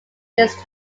this